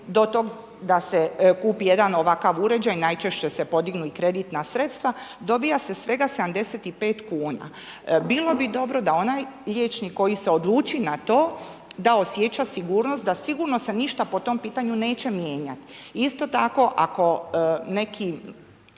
do tog da se kupi jedan ovakav uređaj najčešće se podignu i kreditna sredstva, dobija se svega 75 kuna. Bilo bi dobro da onaj liječnik koji se odluči na to, da osjeća sigurnost da sigurno se ništa po tom pitanju neće mijenjati. Isto tako, ako neka